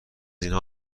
اینها